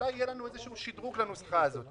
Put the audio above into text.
אולי יהיה לנו איזשהו שדרוג לנוסחה הזאת.